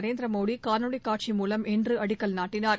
நரேந்திரமோடி காணொலி காட்சி மூலம்இன்று அடிக்கல் நாட்டினார்